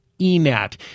ENAT